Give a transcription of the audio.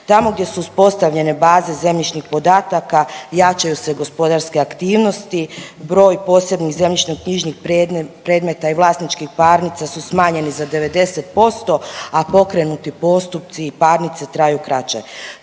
Tamo gdje su uspostavljene baze zemljišnih podataka jačaju se gospodarske aktivnosti, broj posebnih zemljišno-knjižnih predmeta i vlasničkih parnica su smanjeni za 90%, a pokrenuti postupci i parnice traju kraće.